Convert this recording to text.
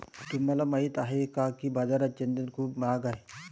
तुम्हाला माहित आहे का की बाजारात चंदन खूप महाग आहे?